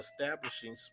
establishing